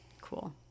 Cool